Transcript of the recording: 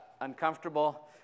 uncomfortable